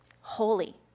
holy